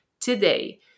today